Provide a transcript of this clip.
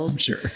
Sure